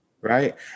right